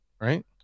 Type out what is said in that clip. right